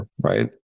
right